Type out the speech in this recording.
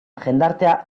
jendartea